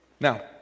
Now